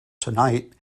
tonight